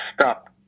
stop